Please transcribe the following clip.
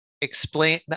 explain